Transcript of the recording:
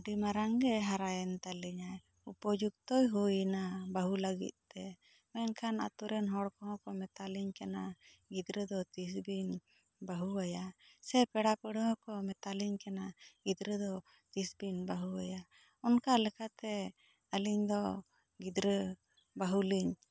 ᱟᱹᱰᱤ ᱢᱟᱨᱟᱝ ᱜᱮ ᱦᱟᱨᱟ ᱮᱱ ᱛᱟᱞᱤᱧᱟᱹᱭ ᱩᱯᱟᱡᱩᱠᱛᱚ ᱦᱩᱭ ᱱᱟᱭ ᱵᱟᱹᱦᱩ ᱞᱟᱹᱜᱤᱫ ᱛᱮ ᱢᱮᱱᱠᱷᱟᱱ ᱟᱛᱳ ᱨᱮᱱ ᱦᱚᱲ ᱠᱚ ᱦᱚᱸ ᱠᱚ ᱢᱮᱛᱟᱞᱤᱧ ᱠᱟᱱᱟ ᱜᱤᱫᱽᱨᱟᱹ ᱫᱚ ᱛᱤᱥ ᱵᱤᱱ ᱵᱟᱹᱦᱩ ᱟᱭᱟ ᱥᱮ ᱯᱮᱲᱟ ᱯᱟᱹᱦᱲᱟᱹ ᱠᱚ ᱦᱚᱸ ᱢᱮᱛᱟᱞᱤᱧ ᱠᱟᱱᱟ ᱜᱤᱫᱽᱨᱟᱹ ᱫᱚ ᱛᱤᱥ ᱵᱤᱱ ᱵᱟᱹᱦᱩ ᱟᱭᱟ ᱚᱱᱠᱟ ᱞᱮᱠᱟᱛᱮ ᱟᱞᱤᱧ ᱫᱚ ᱜᱤᱫᱽᱨᱟᱹ ᱵᱟᱹᱦᱩ ᱞᱤᱧ